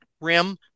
rim